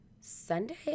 Sunday